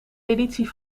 editie